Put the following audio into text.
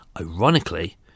Ironically